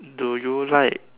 do you like